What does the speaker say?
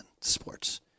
sports